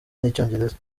n’icyongereza